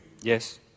Yes